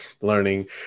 learning